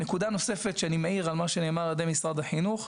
נקודה נוספת שאני מעיר על מה שנאמר על ידי משרד החינוך,